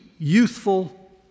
youthful